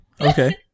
Okay